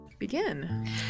begin